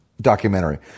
documentary